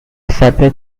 separate